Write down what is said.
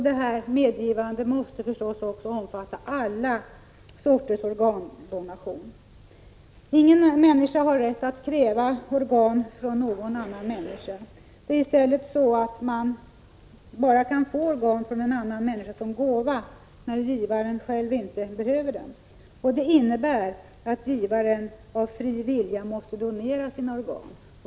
Det medgivandet måste förstås innefatta alla sorters organdonation. Ingen människa har rätt att kräva organ från någon annan människa. I stället är det så att man endast kan få organ från en annan människa som gåva när givaren själv inte behöver dem. Det innebär att givaren av fri vilja måste donera sina organ.